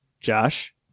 Josh